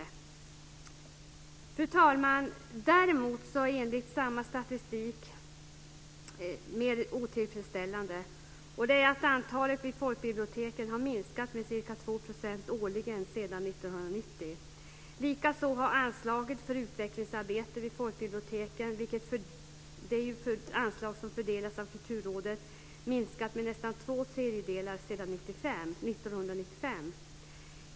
Fru talman! Däremot är det mer otillfredsställande att antalet anställda vid folkbiblioteken enligt samma statistik har minskat med ca 2 % årligen sedan 1990. Likaså har anslaget för utvecklingsarbete vid folkbiblioteken - det är ju ett anslag som fördelas av Kulturrådet - minskat med nästan två tredjedelar sedan 1995.